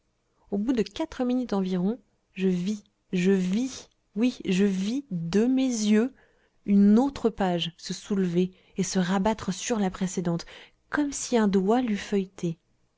au bout de quatre minutes environ je vis je vis oui je vis de mes yeux une autre page se soulever et se rabattre sur la précédente comme si un doigt l'eût feuilletée